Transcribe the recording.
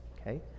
okay